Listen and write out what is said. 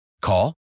Call